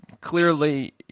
clearly